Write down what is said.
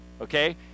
okay